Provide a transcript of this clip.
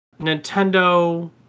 Nintendo